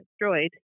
destroyed